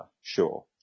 sure